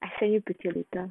I send you picture later